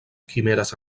quimeres